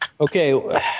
Okay